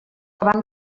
van